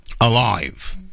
alive